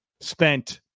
spent